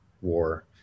war